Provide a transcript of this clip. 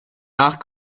nach